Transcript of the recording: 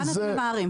לאן אתם ממהרים?